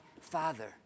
Father